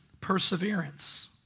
perseverance